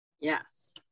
Yes